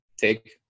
take